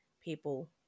people